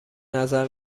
نظر